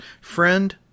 friend